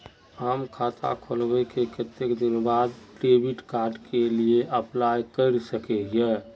हम खाता खोलबे के कते दिन बाद डेबिड कार्ड के लिए अप्लाई कर सके हिये?